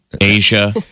Asia